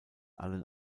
allen